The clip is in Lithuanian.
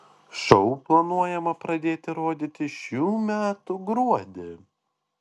šou planuojama pradėti rodyti šių metų gruodį